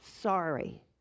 sorry